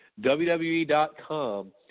WWE.com